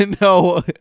no